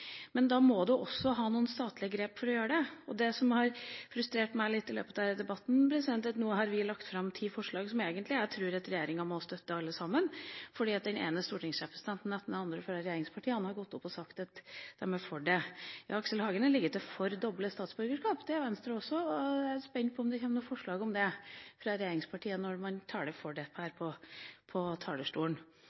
men man må ta noen statlige grep for å kunne gjøre det. I løpet av denne debatten har vi lagt fram elleve forslag, og jeg tror at regjeringa må støtte alle sammen, for den ene stortingsrepresentanten etter den andre fra regjeringspartiene har sagt at man er for disse. Aksel Hagen er til og med for doble statsborgerskap – det er Venstre også. Jeg er spent på om det kommer forslag om det fra regjeringspartiene, når man taler for det her på talerstolen.